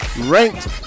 ranked